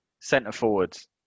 centre-forwards